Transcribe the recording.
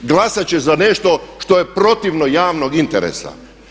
Glasat će za nešto što je protivno javnog interesa.